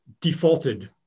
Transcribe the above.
defaulted